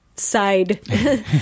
side